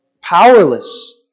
powerless